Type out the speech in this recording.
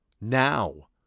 Now